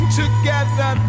together